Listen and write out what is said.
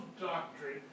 doctrine